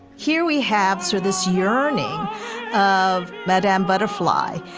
here we have, sir, this yearning of madame butterfly,